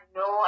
no